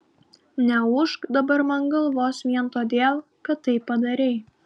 neūžk dabar man galvos vien todėl kad tai padarei